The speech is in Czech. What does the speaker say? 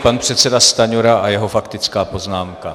Pan předseda Stanjura a jeho faktická poznámka.